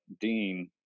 Dean